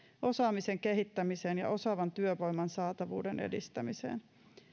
osaamisen kehittämiseen ja osaavan työvoiman saatavuuden edistämiseen